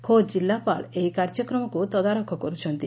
ଖୋଦ୍ କିଲ୍ଲପାଳ ଏହି କାର୍ଯ୍ୟକ୍ରମକୁ ତଦାରଖ କରୁଛନ୍ତି